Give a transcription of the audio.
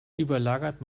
überlagert